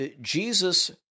Jesus